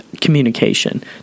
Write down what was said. communication